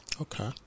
Okay